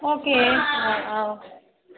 okay ꯑꯥꯎ ꯑꯥꯎ